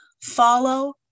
Follow